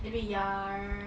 anyway ya